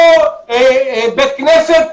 לא בית כנסת,